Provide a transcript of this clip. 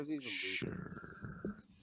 Sure